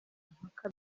mpaka